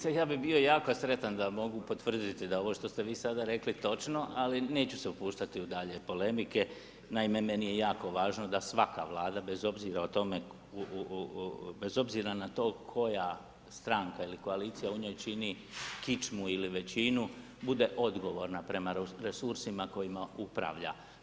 Poštovana kolegice, ja bi bio jako sretan da mogu potvrditi, da ovo što ste vi sada rekli točno, ali neću se upuštati u dalje polemike, naime, meni je jako važno, da svaka Vlada, bez obzira o tome, bez obzira na to, koja stranka ili koalicija u njoj čini kičmu ili većinu bude odgovorna prema resursima kojima upravljiva.